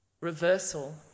reversal